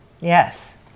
Yes